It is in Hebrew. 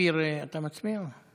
ההצעה להעביר לוועדה את הצעת חוק לתיקון